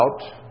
out